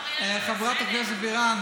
אישית, עד היום לא הגשת, אי-שוויון מפריע לי.